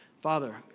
Father